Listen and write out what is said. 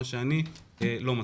דבר לו אני לא מסכים.